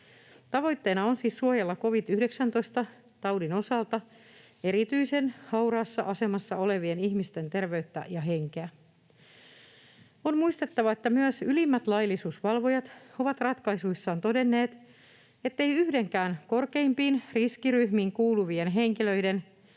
Tavoitteena on siis suojella covid-19-taudin osalta erityisen hauraassa asemassa olevien ihmisten terveyttä ja henkeä. On muistettava, että myös ylimmät laillisuusvalvojat ovat ratkaisuissaan todenneet, ettei yhdenkään korkeimpiin riskiryhmiin kuuluvan henkilön